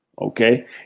okay